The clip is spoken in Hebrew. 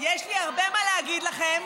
יש לי הרבה מה להגיד לכם.